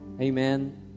Amen